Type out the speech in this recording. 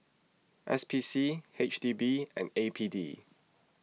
S P C H D B and A P D